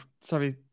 sorry